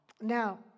Now